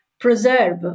preserve